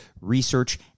research